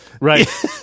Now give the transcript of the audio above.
Right